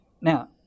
Now